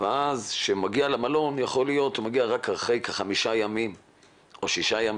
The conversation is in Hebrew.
ואז כשהוא מגיע למלון יכול להיות שהוא מגיע רק אחרי חמישה או שישה ימים,